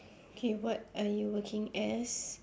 okay what are you working as